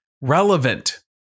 Relevant